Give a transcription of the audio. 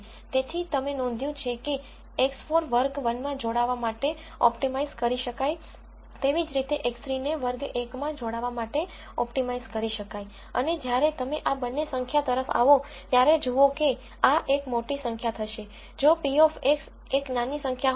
તેથી તમે નોંધ્યું છે કે X4 વર્ગ 1 માં જોડાવા માટે ઓપ્ટિમાઇઝ કરી શકાય તેવી જ રીતે X3 ને વર્ગ 1 સાથે માં જોડાવા માટે ઓપ્ટિમાઇઝ કરી શકાય અને જ્યારે તમે આ બંને સંખ્યા તરફ આવો ત્યારે જુઓ કે આ એક મોટી સંખ્યા થશે જો p of x એક નાની સંખ્યા હોય